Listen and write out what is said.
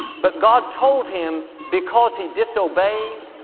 but god told him because he disobeyed,